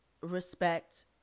respect